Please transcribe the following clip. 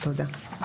תודה.